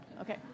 okay